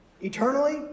eternally